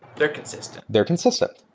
they're consistent they're consistent.